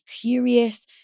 curious